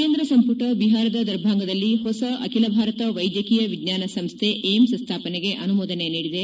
ಕೇಂದ್ರ ಸಂಪುಟ ಬಿಹಾರದ ದರ್ಬಾಂಗದಲ್ಲಿ ಹೊಸ ಅಖಿಲ ಭಾರತ ವೈದ್ಯಕೀಯ ವಿಜ್ಞಾನ ಸಂಸ್ಲೆ ಏಮ್ತ್ ಸ್ಥಾಪನೆಗೆ ಅನುಮೋದನೆ ನೀಡಿದೆ